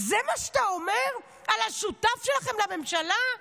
זה מה שאתה אומר על השותף שלכם לממשלה?